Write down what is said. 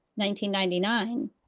1999